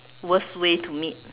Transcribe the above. worst way to meet